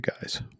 guys